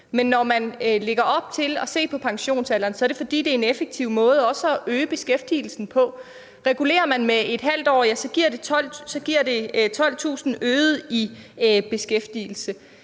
Men når man lægger op til at se på pensionsalderen, er det, fordi det er en effektiv måde også at øge beskæftigelsen på. Regulerer man med ½ år, giver det 12.000 i øget beskæftigelse.